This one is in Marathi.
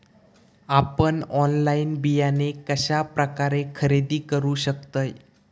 आपन ऑनलाइन बियाणे कश्या प्रकारे खरेदी करू शकतय?